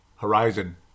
horizon